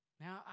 Now